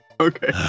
Okay